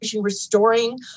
restoring